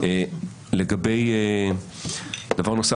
דבר נוסף,